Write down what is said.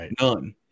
None